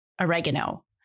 oregano